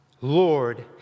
Lord